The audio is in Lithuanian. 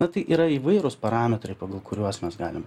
na tai yra įvairūs parametrai pagal kuriuos mes galim